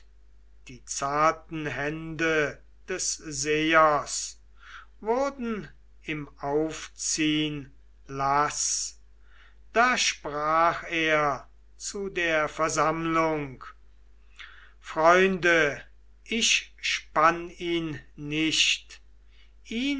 die zarten hände des sehers wurden im aufziehn laß da sprach er zu der versammlung freunde ich spann ihn nicht